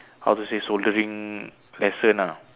how to say soldering lesson lah